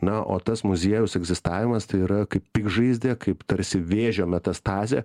na o tas muziejaus egzistavimas tai yra kaip piktžaizdė kaip tarsi vėžio metastazė